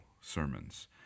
sermons